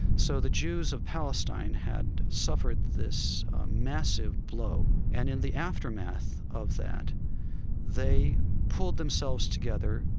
so the jews of palestine had suffered this massive blow, and in the aftermath of that they pulled themselves together,